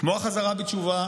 כמו החזרה בתשובה